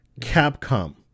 Capcom